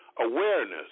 awareness